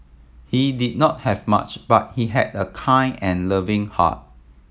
he did not have much but he had a kind and loving heart